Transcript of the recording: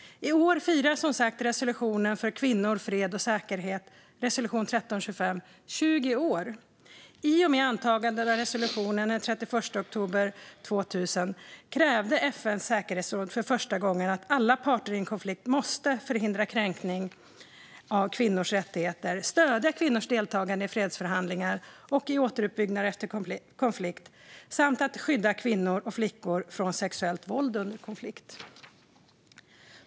I år firar, som sagt, resolutionen för kvinnor, fred och säkerhet, resolution 1325, 20 år. I och med antagandet av resolutionen den 31 oktober 2000 krävde FN:s säkerhetsråd för första gången att alla parter i en konflikt måste förhindra kränkning av kvinnors rättigheter, stödja kvinnors deltagande i fredsförhandlingar och i återuppbyggnad efter konflikt samt skydda kvinnor och flickor från sexuellt våld under konflikt.